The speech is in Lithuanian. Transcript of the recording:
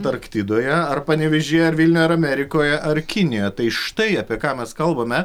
antarktidoje ar panevėžyje ar vilniuje ar amerikoje ar kinijoje tai štai apie ką mes kalbame